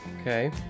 Okay